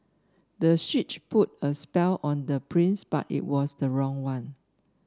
the switch put a spell on the prince but it was the wrong one